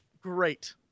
great